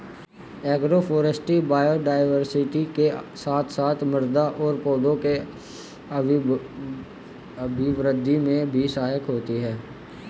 agroforestry biodiversity के साथ साथ मृदा और पौधों के अभिवृद्धि में भी सहायक होती है